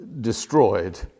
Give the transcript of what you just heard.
destroyed